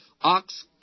Ox